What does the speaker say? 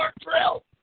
drill